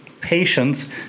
patience